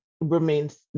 remains